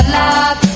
love